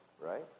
right